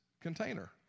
container